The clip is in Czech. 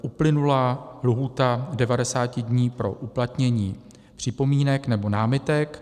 Uplynula lhůta 90 dní pro uplatnění připomínek nebo námitek.